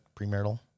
premarital